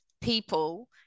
people